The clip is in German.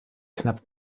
knapp